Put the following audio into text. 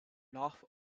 laugh